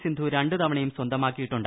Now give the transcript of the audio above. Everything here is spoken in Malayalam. സിന്ധു രണ്ട് തവണ്യൂർ സ്വന്തമാക്കിയിട്ടുണ്ട്